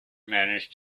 managed